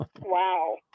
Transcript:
Wow